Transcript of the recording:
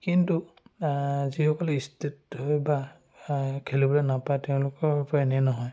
কিন্তু যিসকলে ষ্টেট হয় বা খেলিবলৈ নাপায় তেওঁলোকৰ পৰা এনে নহয়